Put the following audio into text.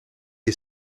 you